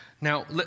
Now